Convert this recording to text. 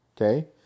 okay